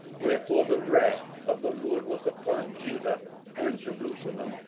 wherefore the wrath of the lord was upon judah and jerusalem,